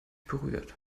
berührt